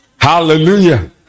Hallelujah